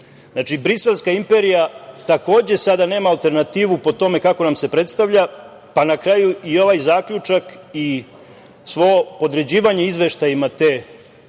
briselska imperija, takođe, sada nema alternativu po tome kako nam se predstavlja, pa na kraju i ovaj zaključak i svo podređivanje izveštajima te EU i njene